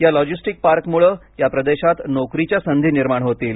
या लॉजिस्टीक पार्कमुळे या प्रदेशात नोकरीच्या संधी निर्माण होतील